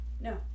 no